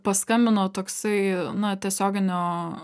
paskambino toksai na tiesioginio